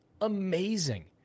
amazing